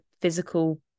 physical